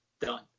done